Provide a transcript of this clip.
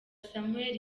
samuel